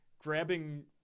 grabbing –